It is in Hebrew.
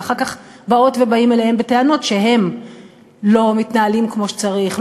ואחר כך באות ובאים אליהם בטענות שהם לא מתנהלים כמו שצריך,